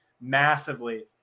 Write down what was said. massively